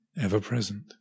ever-present